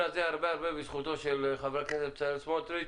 הזה הרבה בזכותו של חבר הכנסת בצלאל סמוטריץ'